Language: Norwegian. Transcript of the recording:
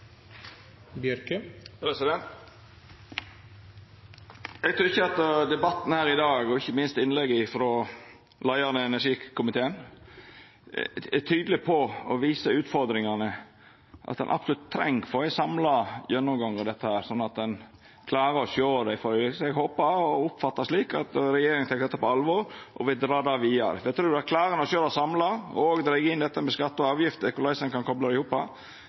slikt krav. Eg tykkjer at debatten her i dag, og ikkje minst innlegget frå leiaren i energikomiteen, er tydeleg på – og viser utfordringane med – at ein absolutt treng å få ein samla gjennomgang av dette, slik at ein klarar å sjå det. Eg håpar og oppfattar det slik at regjeringa tek dette på alvor og vil dra det vidare. Eg trur at klarar ein å sjå dette samla, og dreg ein inn dette med skattar og avgifter – korleis ein kan kopla det i hop